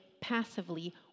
passively